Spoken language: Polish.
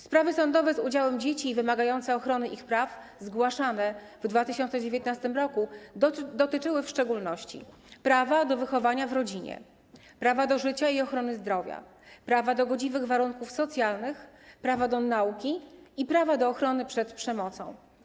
Sprawy sądowe z udziałem dzieci, wymagające ochrony ich praw, zgłaszane w 2019 r. dotyczyły w szczególności: prawa do wychowania w rodzinie, prawa do życia i ochrony zdrowia, prawa do godziwych warunków socjalnych, prawa do nauki i prawa do ochrony przed przemocą.